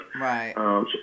Right